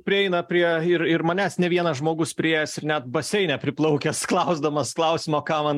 prieina prie ir ir manęs ne vienas žmogus priėjęs ir net baseine priplaukęs klausdamas klausimo ką man